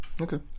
Okay